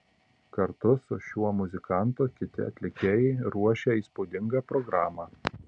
kartu su šiuo muzikantu kiti atlikėjai ruošia įspūdingą programą